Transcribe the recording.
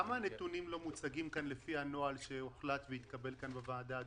למה הנתונים לא מוצגים כאן לפי הנוהל שהוחלט והתקבל בוועדה?